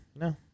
No